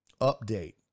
update